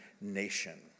nation